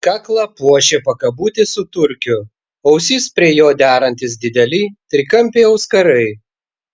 kaklą puošė pakabutis su turkiu ausis prie jo derantys dideli trikampiai auskarai